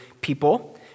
people